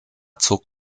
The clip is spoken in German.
zog